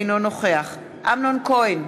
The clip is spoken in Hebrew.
אינו נוכח אמנון כהן,